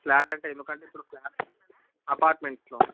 flat అంటే ఎందుకంటే ఇప్పుడు అపార్ట్మెంట్లో